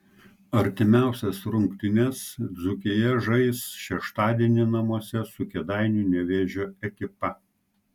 artimiausias rungtynes dzūkija žais šeštadienį namuose su kėdainių nevėžio ekipa